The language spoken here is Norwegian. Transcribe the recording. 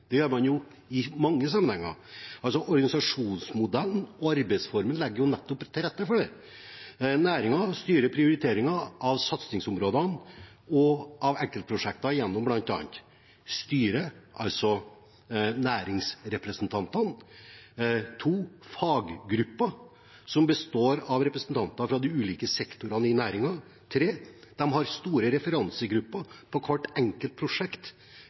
Det gjør man i mange sammenhenger. Organisasjonsmodellen og arbeidsformen legger nettopp til rette for det. Næringen styrer prioriteringen av satsingsområdene og av enkeltprosjekter gjennom bl.a. styret, dvs. næringsrepresentantene faggruppen, som består av representanter fra de ulike sektorene i næringen store referansegrupper for hvert enkelt prosjekt,